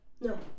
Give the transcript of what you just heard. No